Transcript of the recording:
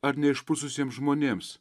ar neišprususiems žmonėms